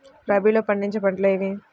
రబీలో పండించే పంటలు ఏవి?